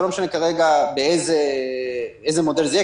ולא משנה כרגע באיזה מודל זה יהיה,